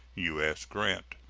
u s. grant.